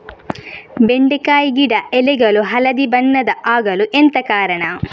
ಬೆಂಡೆಕಾಯಿ ಗಿಡ ಎಲೆಗಳು ಹಳದಿ ಬಣ್ಣದ ಆಗಲು ಎಂತ ಕಾರಣ?